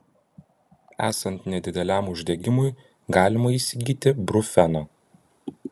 esant nedideliam uždegimui galima įsigyti brufeno